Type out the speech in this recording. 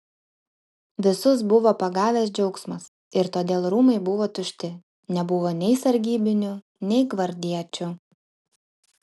visus buvo pagavęs džiaugsmas ir todėl rūmai buvo tušti nebuvo nei sargybinių nei gvardiečių